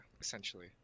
essentially